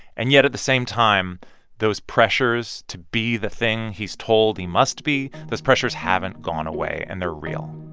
and yet, at the same time those pressures to be the thing he's told he must be those pressures haven't gone away, and they're real